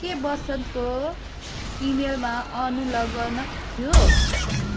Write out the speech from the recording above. के बसन्तको इमेलमा अनुलग्नक थियो